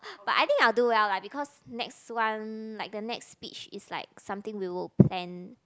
but I think I will do well lah because next one like the next speech is like something we will plan